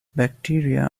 bacteria